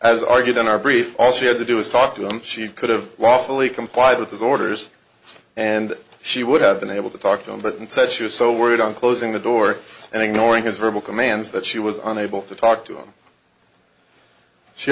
as argued in our brief all she had to do is talk to him she could've lawfully complied with his orders and she would have been able to talk to him but instead she was so worried on closing the door and ignoring his verbal commands that she was unable to talk to him she